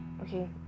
okay